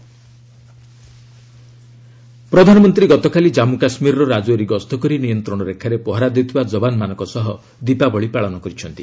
PM Rajouri ପ୍ରଧାନମନ୍ତ୍ରୀ ଗତକାଲି ଜନ୍ମୁ କାଶ୍ମୀରର ରାଜୈରୀ ଗସ୍ତ କରି ନିୟନ୍ତ୍ରଣ ରେଖାରେ ପହରା ଦେଉଥିବା ଯବାନମାନଙ୍କ ସହ ଦୀପାବଳି ପାଳନ କରିଛନ୍ତି